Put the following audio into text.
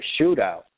shootout